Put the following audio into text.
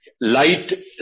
light